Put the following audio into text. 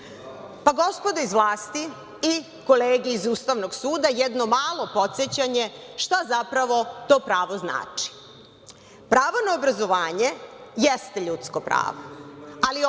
Gospodo iz vlasti i kolege iz Ustavnog suda jedno malo podsećanje šta zapravo to pravo znači. Pravo na obrazovanje jeste ljudsko pravo, ali